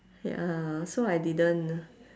ya so I didn't